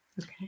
Okay